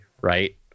right